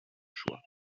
choix